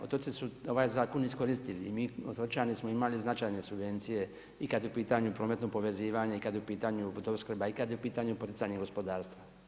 Otoci su ovaj zakon iskoristili i mi otočani smo imali značajne subvencije i kada je u pitanju prometno povezivanje i kada je pitanju vodoopskrba i kada je u pitanju poticanje gospodarstva.